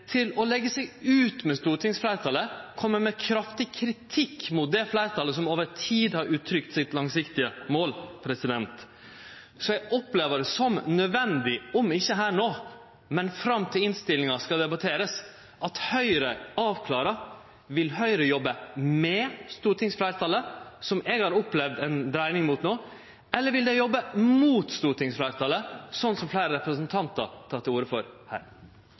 til å leggje seg ut med stortingsfleirtalet og koma med kraftig kritikk mot det fleirtalet som over tid har uttrykt det langsiktige målet sitt. Så eg opplever det som nødvendig – om ikkje her no, men fram til innstillinga skal debatterast – at Høgre avklarar dette: Vil Høgre jobbe med stortingsfleirtalet, som eg har opplevd ei dreiing mot no, eller vil dei jobbe mot stortingsfleirtalet, slik som fleire representantar har teke til orde